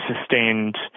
sustained